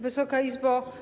Wysoka Izbo!